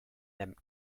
them